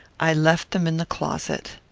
i left them in the closet.